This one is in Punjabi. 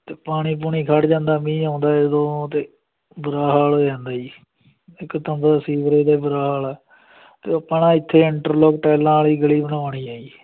ਅਤੇ ਪਾਣੀ ਪੂਣੀ ਖੜ੍ਹ ਜਾਂਦਾ ਮੀਂਹ ਆਉਂਦਾ ਉਦੋਂ ਅਤੇ ਬੁਰਾ ਹਾਲ ਹੋ ਜਾਂਦਾ ਜੀ ਇੱਕ ਤਾਂ ਸੀਵਰੇਜ ਦਾ ਬੁਰਾ ਹਾਲ ਅਤੇ ਉਹ ਆਪਣਾ ਇੱਥੇ ਇੰਟਰਲੋਕ ਟੈਲਾਂ ਵਾਲੀ ਗਲੀ ਬਣਾਉਣੀ ਹੈ ਜੀ